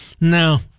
no